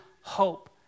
hope